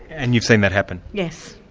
and you've seen that happen? yes,